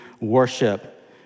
worship